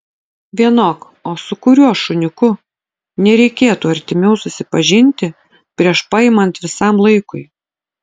vienok o su kuriuo šuniuku nereikėtų artimiau susipažinti prieš paimant visam laikui